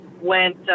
went